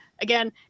again